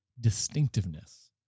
distinctiveness